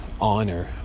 honor